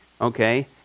Okay